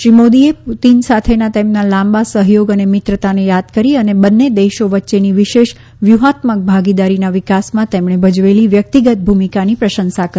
શ્રી મોદીએ શ્રી પુટિન સાથેના તેમના લાંબા સહયોગ અને મિત્રતાને યાદ કરી અને બંને દેશો વચ્ચેની વિશેષ વ્યૂહાત્મક ભાગીદારીના વિકાસમાં તેમણે ભજવેલી વ્યક્તિગત ભૂમિકાની પ્રશંસા કરી